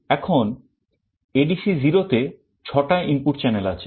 এখন ADC0 তে 6 টা ইনপুট channel আছে